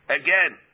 again